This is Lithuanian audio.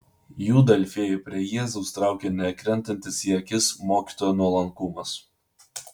judą alfiejų prie jėzaus traukė nekrentantis į akis mokytojo nuolankumas